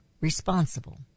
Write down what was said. responsible